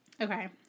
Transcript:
Okay